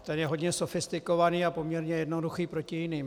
Ten je hodně sofistikovaný a poměrně jednoduchý proti jiným.